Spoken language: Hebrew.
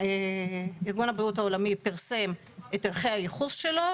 ארגון הבריאות העולמי פרסם את ערכי הייחוס שלו,